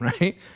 right